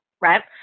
right